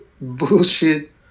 bullshit